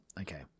okay